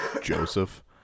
Joseph